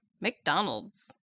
McDonald's